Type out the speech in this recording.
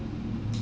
it's in